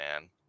man